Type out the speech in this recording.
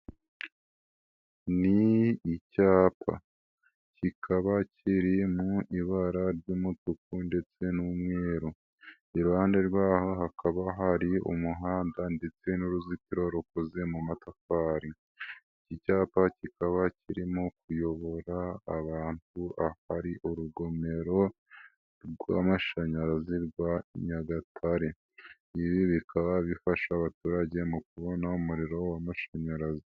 Ni icyapa kikaba kiri mu ibara ry'umutuku ndetse n'umweru. Iruhande rwaho hakaba hari umuhanda ndetse n'uruzitiro rukoze mu matafari. Iki cyapa kikaba kirimo kuyobora abantu ahari urugomero rw'amashanyarazi rwa Nyagatare. Ibi bikaba bifasha abaturage mu kubona umuriro w'amashanyarazi.